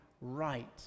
right